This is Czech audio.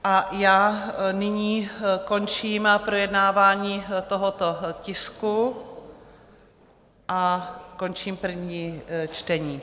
A já nyní končím projednávání tohoto tisku a končím první čtení.